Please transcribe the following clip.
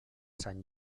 sant